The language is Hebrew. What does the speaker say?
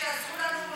חוץ לארץ,